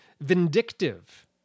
vindictive